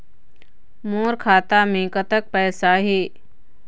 मोर खाता मे कतक पैसा हे?